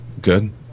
Good